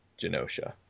Genosha